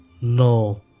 No